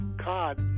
cod